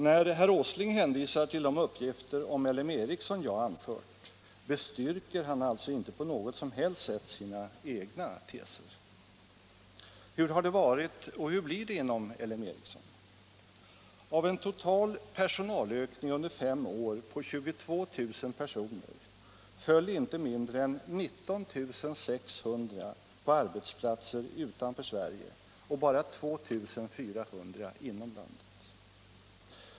När herr Åsling hänvisar Onsdagen den till de uppgifter om L M Ericsson som jag har anfört, bestyrker han alltså 19 januari 1977 inte på något som helst sätt sina egna teser. Hur har det varit och hur Ill blir det inom LM Ericsson? Av en total personalökning under fem år — Om åtgärder för att på 22 000 personer föll inte mindre än 19 600 på arbetsplatser utanför = hindra kapitalex Sverige och bara 2 400 på arbetsplatser inom landet.